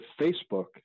Facebook